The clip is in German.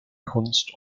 kunst